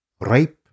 rape